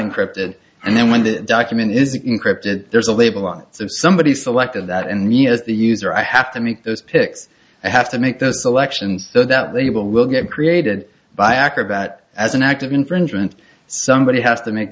encrypted and then when the document is encrypted there's a label on somebody selected that and me as the user i have to make those picks have to make those selections so that they will get created by acrobat as an act of infringement somebody has to make